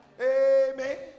Amen